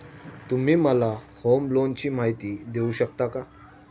तुम्ही मला होम लोनची माहिती देऊ शकता का?